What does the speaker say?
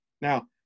Now